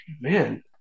man